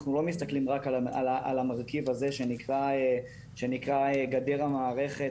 אנחנו לא מסתכלים רק על המרכיב הזה שנקרא גדר המערכת